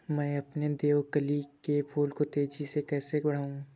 मैं अपने देवकली के फूल को तेजी से कैसे बढाऊं?